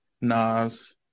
Nas